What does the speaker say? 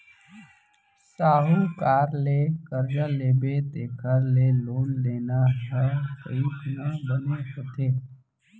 साहूकार ले करजा लेबे तेखर ले लोन लेना ह कइ गुना बने होथे